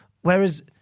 Whereas